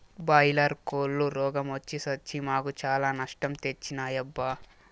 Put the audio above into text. boiler కోల్లు రోగ మొచ్చి సచ్చి మాకు చాలా నష్టం తెచ్చినాయబ్బా